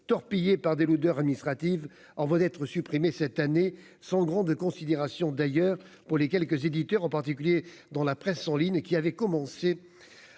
torpillé par des lourdeurs administratives en voie d'être supprimés cette année sans grande considération d'ailleurs pour les quelques éditeurs, en particulier dans la presse en ligne et qui avait commencé